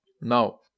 Now